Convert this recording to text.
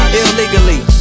illegally